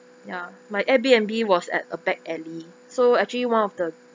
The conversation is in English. ya my Airbnb was at a back alley so actually one of the